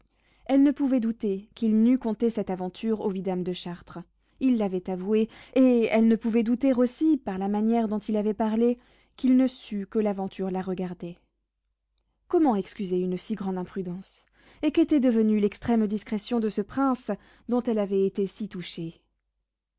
elle ne pouvait douter qu'il n'eût conté cette aventure au vidame de chartres il l'avait avoué et elle ne pouvait douter aussi par la manière dont il avait parlé qu'il ne sût que l'aventure la regardait comment excuser une si grande imprudence et qu'était devenue l'extrême discrétion de ce prince dont elle avait été si touchée